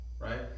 right